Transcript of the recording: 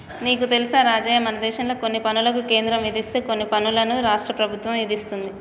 నీకు తెలుసా రాజయ్య మనదేశంలో కొన్ని పనులను కేంద్రం విధిస్తే కొన్ని పనులను రాష్ట్ర ప్రభుత్వం ఇదిస్తుంది